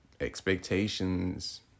expectations